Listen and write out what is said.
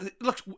Look